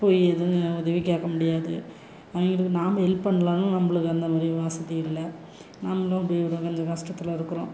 போய் எதுவும் உதவி கேட்க முடியாது அவங்களுக்கு நாம் ஹெல்ப் பண்லாம்னும் நம்மளுக்கும் அந்த மாதிரி வசதி இல்லை நம்மளும் அப்படி ஒரு கொஞ்சம் கஷ்டத்துல இருக்கிறோம்